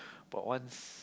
but once